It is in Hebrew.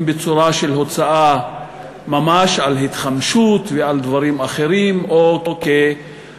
אם בצורה של הוצאה ממש על התחמשות ועל דברים אחרים או כהחזר